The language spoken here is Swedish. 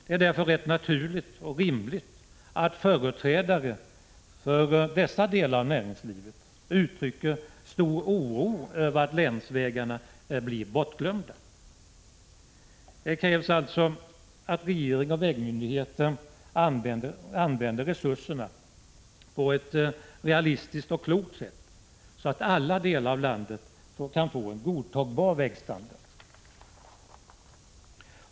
Det är därför rätt naturligt och rimligt att företrädare för dessa delar av näringslivet uttrycker stor oro över att länsvägarna blir bortglömda. Det krävs alltså att regering och vägmyndigheter använder resurserna på ett realistiskt och klokt sätt, så att alla delar av landet kan få en godtagbar vägstandard.